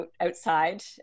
outside